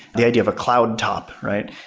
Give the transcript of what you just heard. the idea of a cloud top, right?